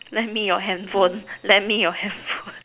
lend me your handphone lend me your handphone